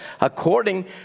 according